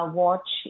watch